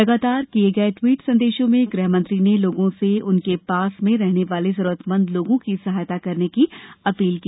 लगातार किये गये ट्वीट संदेशों में गृहमंत्री ने लोगों से उनके पास में रहने वाले जरूरतमंद लोगों की सहायता करने की अपील की